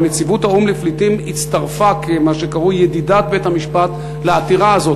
ונציבות האו"ם לפליטים הצטרפה כמה שקרוי "ידידת בית-המשפט" לעתירה הזאת,